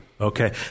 Okay